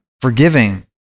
forgiving